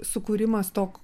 sukūrimas to